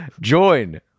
Join